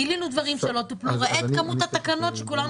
גילינו דברים שלא טופלו וראה את כמות התקנות שכולנו